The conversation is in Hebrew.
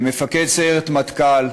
כמפקד סיירת מטכ"ל,